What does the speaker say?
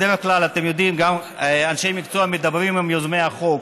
בדרך כלל אתם יודעים שאנשי מקצוע מדברים עם יוזמי החוק,